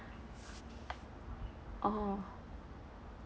orh